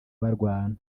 barwana